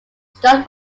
scott